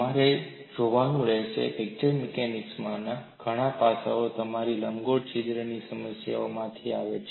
તમારે જોવાનું રહેશે ફ્રેક્ચર મિકેનિક્સ માંના ઘણા પાસાઓ તમારી લંબગોળ છિદ્રની સમસ્યામાંથી આવે છે